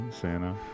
Santa